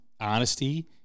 honesty